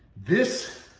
this,